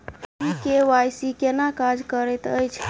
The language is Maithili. ई के.वाई.सी केना काज करैत अछि?